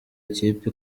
ikipe